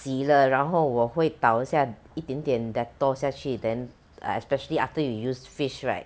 洗了然后我会倒一下一点点 Dettol 下去 then especially after you use fish right